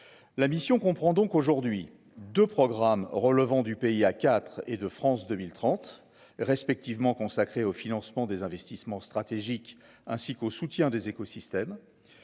la mission qu'on prend donc aujourd'hui de programmes relevant du pays, à quatre et de France 2030 respectivement consacrés au financement des investissements stratégiques ainsi qu'au soutien des écosystèmes